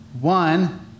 one